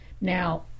Now